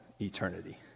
eternity